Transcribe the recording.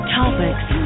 topics